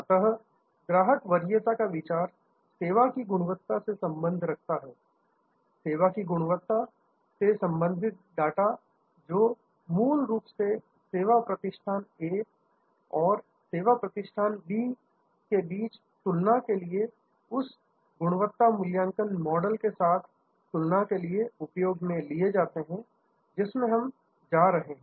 अतः ग्राहक वरीयता का विचार सेवा की गुणवत्ता से संबंध रखता है सेवा की गुणवत्ता सर्विस क्वालिटी से संबंधित डाटा जो मूल रूप से सेवा प्रतिष्ठान ए और सेवा प्रतिष्ठान बी के बीच तुलना के लिए या उस गुणवत्ता मूल्यांकन मॉडल के साथ तुलना के लिए उपयोग में लिए जाते हैं जिसमें हम जा रहे है